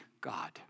God